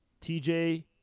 TJ